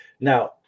Now